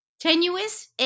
tenuous